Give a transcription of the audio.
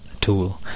tool